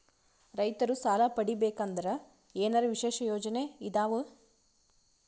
ರೈತರು ಸಾಲ ಪಡಿಬೇಕಂದರ ಏನರ ವಿಶೇಷ ಯೋಜನೆ ಇದಾವ?